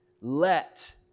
Let